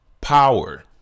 Power